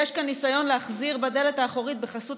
יש כאן ניסיון להחזיר בדלת האחורית בחסות